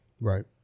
right